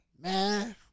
Man